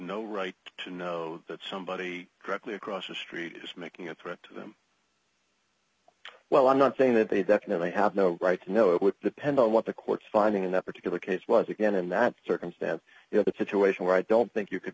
no right to know that somebody directly across the street is making a threat to them well i'm not saying that they definitely have no right to know it would depend on what the court's finding in that particular case was again in that circumstance you know the situation where i don't think you could